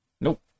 Nope